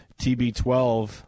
TB12